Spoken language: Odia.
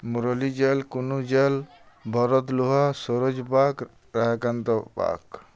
ମୂରଲୀ ଜାଲ୍ କୁନୁ ଜାଲ୍ ଭରତ୍ ଲୁହାର୍ ସରୋଜ୍ ବାଘ ରାଧାକାନ୍ତ ବାଘ୍